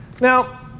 Now